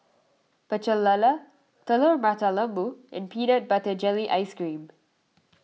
Pecel Lele Telur Mata Lembu and Peanut Butter Jelly Ice Cream